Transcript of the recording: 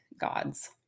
gods